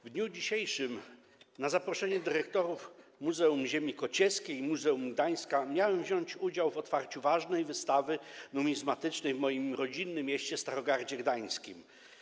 W dniu dzisiejszym na zaproszenie dyrektorów Muzeum Ziemi Kociewskiej i Muzeum Gdańska miałem wziąć udział w otwarciu ważnej wystawy numizmatycznej w moich rodzinnym mieście, Starogardzie Gdańskim.